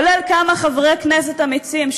כולל כמה חברי כנסת אמיצים.